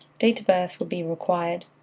date of birth will be required.